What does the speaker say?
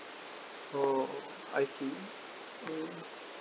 oh I see mm